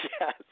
yes